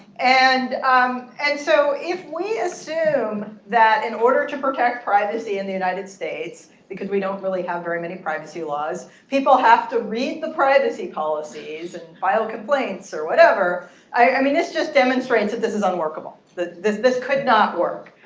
and um and so if we assume that in order to protect privacy in the united states, because we don't really have very many privacy laws, people have to read the privacy policies and file complaints or whatever i mean this just demonstrates that this is unworkable. this this could not work.